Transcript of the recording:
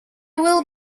will